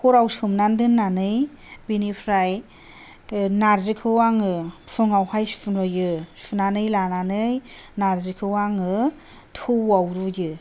हराव सोमनानै दोननानै बिनिफ्राय नार्जिखौ आङो फुङावहाय सुयो सुनानै लानानै नार्जिखौ आङो थौआव रुयो